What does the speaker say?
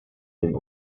den